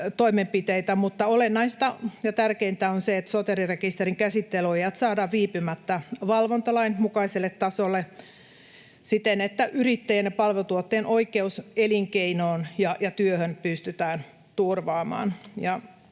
olennaista ja tärkeintä on se, että Soteri-rekisterin käsittelyajat saadaan viipymättä valvontalain mukaiselle tasolle siten, että yrittäjien ja palveluntuottajien oikeus elinkeinoon ja työhön pystytään turvaamaan.